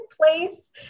place